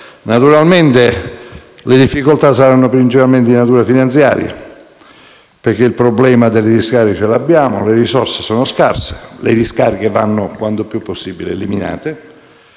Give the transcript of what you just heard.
Naturalmente le difficoltà saranno principalmente di natura finanziaria, perché abbiamo il problema delle discariche, le risorse sono scarse e le discariche vanno quanto più possibile eliminate.